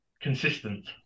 consistent